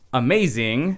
amazing